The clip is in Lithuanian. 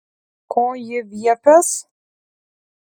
ko ji viepias